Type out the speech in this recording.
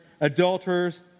adulterers